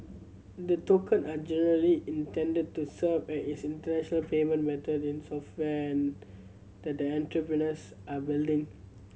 the tokens are generally intended to serve as internal payment method in software that the entrepreneurs are building